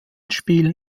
spielen